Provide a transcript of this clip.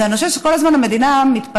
זה שאני חושבת שכל הזמן המדינה מתפארת,